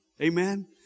Amen